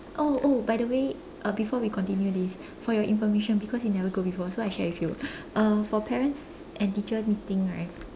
oh oh by the way uh before we continue this for your information because you never go before so I share with you uh for parents and teacher meeting right